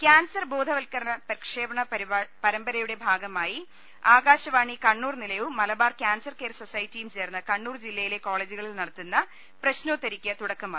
cancer ബോധവൽക്കരണ പ്രക്ഷേപണ പരമ്പരയുടെ ഭാഗമായി ആകാശവാണി കണ്ണൂർ നിലയവും മലബാർ കാൻസർ കെയർ സൊസൈറ്റിയും ചേർന്ന് കണ്ണൂർ ജില്ലയിലെ കോളേജുകളിൽ നടത്തുന്ന പ്രശ്നോത്തരിക്ക് തുടക്കമായി